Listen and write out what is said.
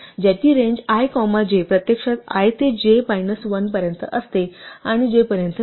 ज्याची range i comma j प्रत्यक्षात i ते j मायनस 1 पर्यंत असते आणि j पर्यंत नाही